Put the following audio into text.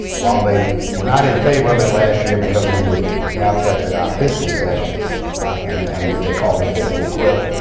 while they were not in favor of that last year because we were wrapped up in our fiscal session and and what they call the fiscal cliff,